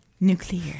Nuclear